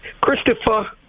Christopher